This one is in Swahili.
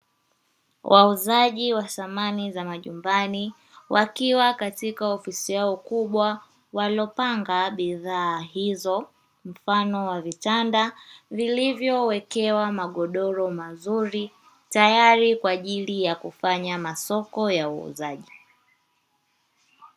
Wauzaji wa samani za majumbani wakiwa katika ofisi yao kubwa waliopanga bidhaa hizo mfano wa vitanda vilivyowekewa magodoro mazuri, tayari kwa ajili ya kufanya masoko ya uuzaji.